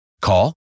Call